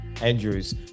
Andrews